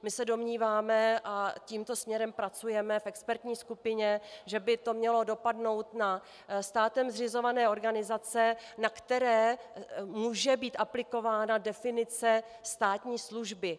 My se domníváme a tímto směrem pracujeme v expertní skupině že by to mělo dopadnout na státem zřizované organizace, na které může být aplikována definice státní služby.